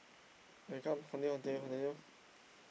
!oi! come continue continue continue